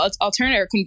alternative